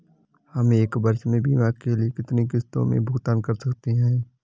हम एक वर्ष में बीमा के लिए कितनी किश्तों में भुगतान कर सकते हैं?